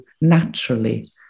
naturally